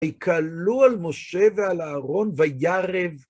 ויקהלו על משה ועל אהרון, וירב.